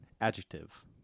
adjective